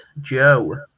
Joe